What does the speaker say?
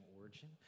origin